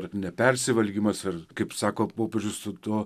ir nepersivalgymas ir kaip sako popiežius to